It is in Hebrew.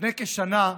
לפני כשנה,